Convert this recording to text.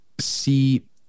see